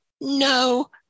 no